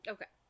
Okay